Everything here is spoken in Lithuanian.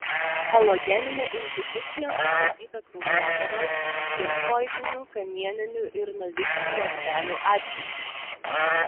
alogeninė inhibicija nustatyta kraujodaros limfoidinių kamieninių ir navikinių ląstelių atžvilgiu